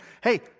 hey